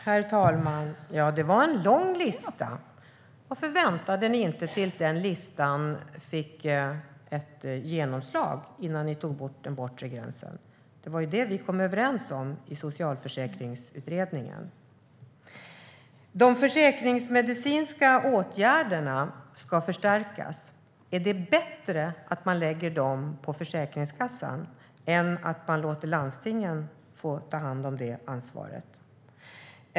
Herr talman! Det var en lång lista. Varför väntade ni inte tills den listan fick genomslag innan ni tog bort den bortre tidsgränsen? Det var ju det vi kom överens om i Socialförsäkringstutredningen. De försäkringsmedicinska åtgärderna ska förstärkas. Är det bättre att man lägger dem på Försäkringskassan än att man låter landstingen ta det ansvaret?